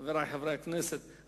חברי חברי הכנסת,